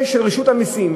בנושאים